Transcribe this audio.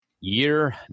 year